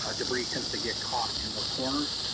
ah debris tends to get caught in those corners.